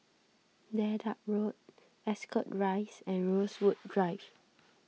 Dedap Road Ascot Rise and Rosewood Drive